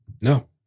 No